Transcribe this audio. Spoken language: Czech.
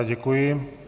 Děkuji.